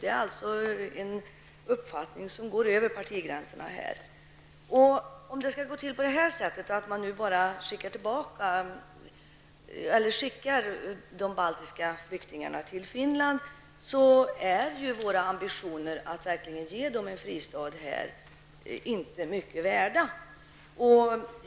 Det är alltså en uppfattning som går över partigränserna. Om det skall gå till på detta sätt, dvs. att man skickar de baltiska flyktingarna till Finland, är våra ambitioner att verkligen ge dem en fristad här i Sverige inte mycket värda.